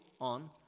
on